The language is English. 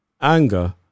anger